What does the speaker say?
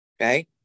Okay